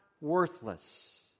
worthless